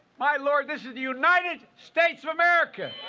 my lord, this is the united states of america!